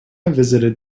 visited